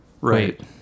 Right